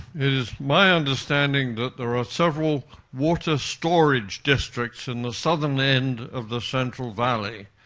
is my understanding that there are several water storage districts in the southern end of the central valley.